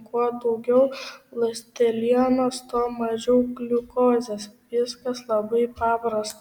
kuo daugiau ląstelienos tuo mažiau gliukozės viskas labai paprasta